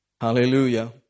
Hallelujah